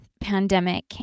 pandemic